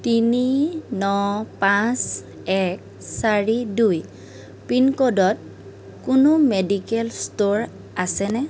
তিনি ন পাঁচ এক চাৰি দুই পিনক'ডত কোনো মেডিকেল ষ্ট'ৰ আছেনে